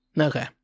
Okay